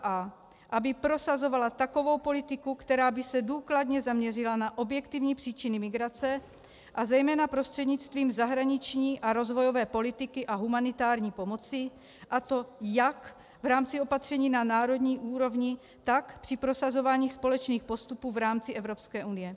a) aby prosazovala takovou politiku, která by se důkladně zaměřila na objektivní příčiny migrace, a zejména prostřednictvím zahraniční a rozvojové politiky a humanitární pomoci, a to jak v rámci opatření na národní úrovni, tak při prosazování společných postupů v rámci EU.